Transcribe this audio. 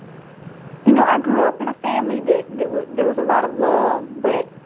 you know, i grew up in a family that there was a lot of love. but,